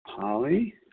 Polly